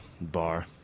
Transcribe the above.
bar